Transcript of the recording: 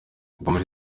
yakomeje